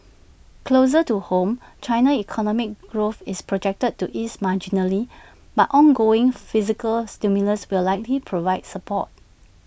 closer to home China's economic growth is projected to ease marginally but ongoing fiscal stimulus will likely provide support